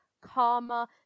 karma